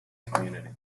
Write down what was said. community